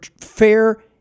fair